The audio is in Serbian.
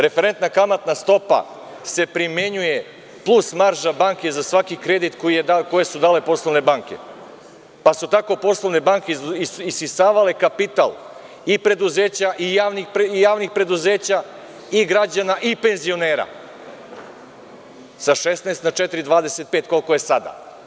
Referentna kamatna stopa se primenjuje, plus marža banke za svaki kredit koji su dale poslovne banke, pa su tako poslovne banke isisavale kapital i preduzeća i javnih preduzeća i građana i penzionera, sa 16 na 4,25, koliko je sada.